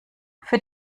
für